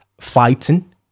fighting